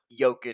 Jokic